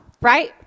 right